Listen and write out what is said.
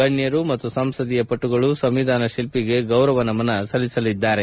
ಗಣ್ಯರು ಮತ್ತು ಸಂಸದೀಯಪಟುಗಳು ಸಂವಿಧಾನ ಶಿಲ್ಪಿಗೆ ಗೌರವ ನಮನ ಸಲ್ಲಿಸಲಿದ್ದಾರೆ